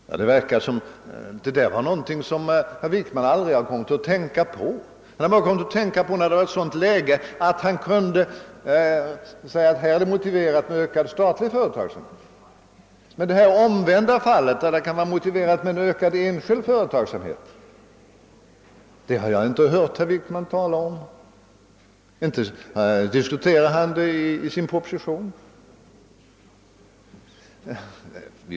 Det verkar som om detta skulle vara någonting som herr Wickman aldrig kommit att tänka på, han har tänkt på behovet av konkurrens när vi kommit i ett sådant läge där han kunnat säga att det är motiverat med ökad statlig företagsamhet. Men det omvända fallet, då det är motiverat med ökad enskild företagsamhet, har jag inte hört herr Wickman tala om och inte heller diskuteras det i han proposition.